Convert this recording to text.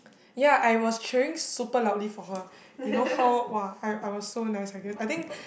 ya I was cheering super loudly for her you know how !wah! I I was so nice I guess I think